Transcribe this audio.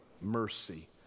mercy